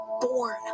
born